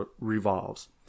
revolves